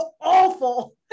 awful